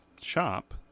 shop